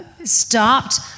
stopped